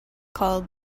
called